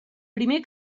primer